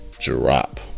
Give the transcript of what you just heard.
drop